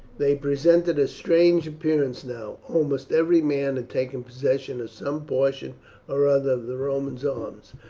they presented a strange appearance now. almost every man had taken possession of some portion or other of the romans' arms.